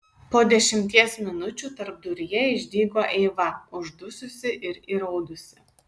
po dešimties minučių tarpduryje išdygo eiva uždususi ir įraudusi